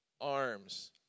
arms